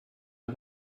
her